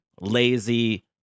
lazy